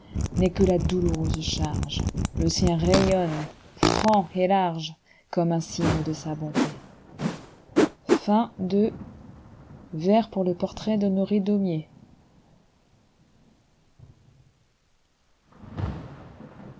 gaîlén'est que la douloureuse charge le sien rayonne franc et large comme un signe de sa bonté i pleen